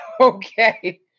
okay